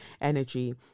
energy